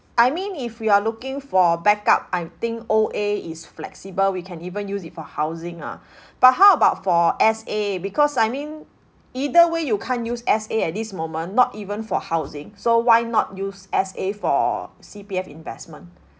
I mean if you're looking for backup I think O_A is flexible we can even use it for housing ah but how about for S_A because I mean either way you can't use S_A at this moment not even for housing so why not use S_A for C_P_F investment